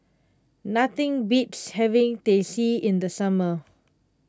nothing beats having Teh C in the summer